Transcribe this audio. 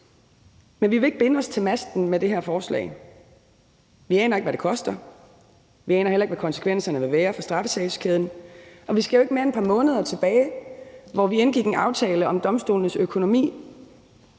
men vi vil ikke binde os til masten med det her forslag. Vi aner ikke, hvad det koster, vi aner heller ikke, hvad konsekvenserne vil være for straffesagskæden, og vi skal jo ikke mere end et par måneder tilbage, førend vi indgik en aftale om domstolenes økonomi,